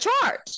charge